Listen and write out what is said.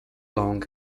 long